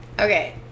Okay